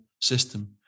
system